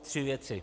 Tři věci.